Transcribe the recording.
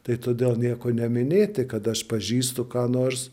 tai todėl nieko neminėti kad aš pažįstu ką nors